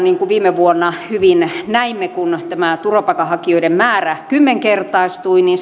niin kuin viime vuonna hyvin näimme kun tämä turvapaikanhakijoiden määrä kymmenkertaistui